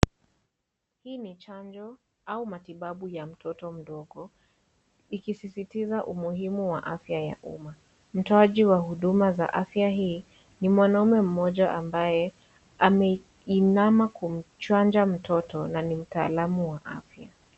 Hii ni chanjo au matibabu ya mtoto mdogo ikisisitiza umuhimu wa afya ya umma. Mtoaji wa huduma za afya hii ni mwanaume mmoja ambaye ameinama kumchanja mtoto, na ni mtaalamu wa afya.